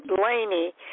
Blaney